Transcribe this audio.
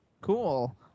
Cool